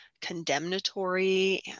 condemnatory